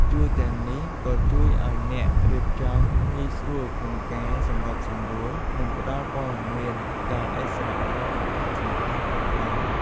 ជួរទាំងនេះក៏ជួយឲ្យអ្នករៀបចំងាយស្រួលក្នុងការសម្របសម្រួល និងផ្តល់ព័ត៌មានដល់ឥស្សរជនសំខាន់ៗផងដែរ។